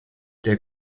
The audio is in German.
der